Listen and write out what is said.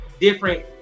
different